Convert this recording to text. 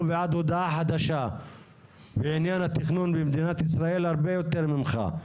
ועד להודעה חדשה בעניין התכנון במדינת ישראל הרבה יותר ממך,